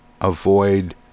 avoid